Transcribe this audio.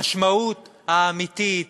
המשמעות האמיתית,